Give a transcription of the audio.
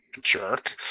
jerk